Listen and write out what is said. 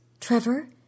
Trevor